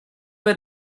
were